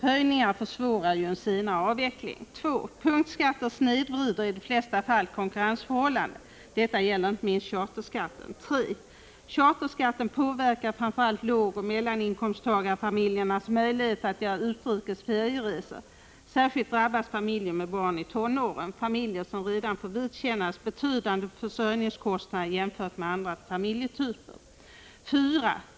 Höjningar försvårar en senare avveckling. 2. Punktskatter snedvrider i de flesta fall konkurrensförhållandena. Detta gäller inte minst charterskatten. 3. Charterskatten påverkar framför allt lågoch mellaninkomsttagarfamiljernas möjligheter att göra utrikes ferieresor. Särskilt drabbas familjer med barn i tonåren, familjer som redan får vidkännas betydande försörjningskostnader jämfört med andra familjetyper. 4.